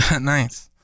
Nice